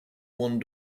one